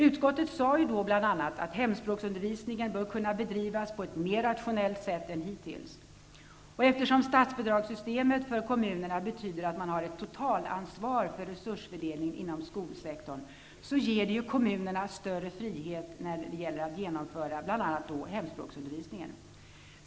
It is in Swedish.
Utskottet sade då bl.a. att hemspråkusundervisningen bör kunna bedrivas på ett mer rationellt sätt än hittills. Eftersom statsbidragssystemet för kommunerna betyder ett totalansvar för resursfördelningen inom skolsektorn, ger det kommunerna större frihet i genomförandet av bl.a. hemspråksundervisningen.